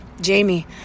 Jamie